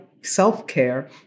self-care